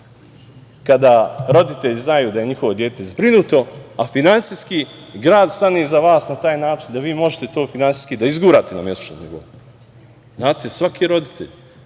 kada roditelji znaju da je njihovo dete zbrinuto, a finansijski grad stane iza vas na taj način da vi možete to finansijski da izgurate na mesečnom nivou. Znate, svaki roditelj